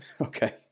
okay